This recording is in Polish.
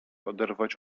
oderwać